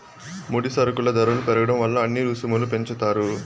ముడి సరుకుల ధరలు పెరగడం వల్ల అన్ని రుసుములు పెంచుతారు